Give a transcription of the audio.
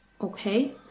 okay